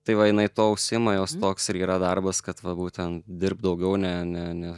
tai va jinai tuo užsiima jos toks ir yra darbas kad va būtent dirbt daugiau ne ne ne